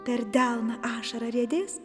per delną ašara riedės